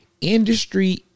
industry